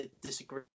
disagree